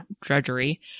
drudgery